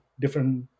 different